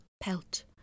pelt